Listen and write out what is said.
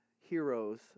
heroes